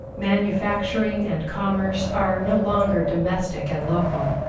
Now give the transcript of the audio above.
manufacturing and commerce are no longer domestic and local,